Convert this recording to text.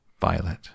Violet